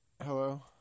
Hello